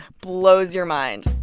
blows your mind